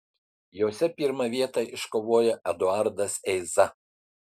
jose pirmą vietą iškovojo eduardas eiza